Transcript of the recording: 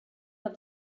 that